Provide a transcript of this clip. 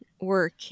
work